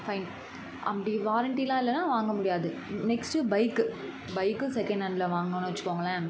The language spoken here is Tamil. ஃபைன் அப்படி வாரண்ட்டிலாம் இல்லைன்னா வாங்க முடியாது நெக்ஸ்ட்டு பைக்கு பைக்கும் செகண்ட் ஹேண்ட்ல வாங்கினோன்னு வச்சிக்கோங்களேன்